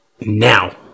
now